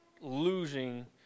losing